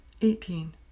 Eighteen